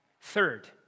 Third